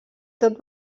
tot